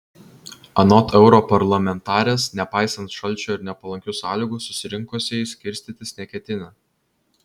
anot europarlamentarės nepaisant šalčio ir nepalankių sąlygų susirinkusieji skirstytis neketina